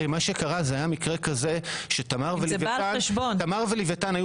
מה שקרה זה היה מקרה כזה שתמר וליוויתן היו